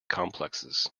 complexes